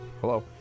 Hello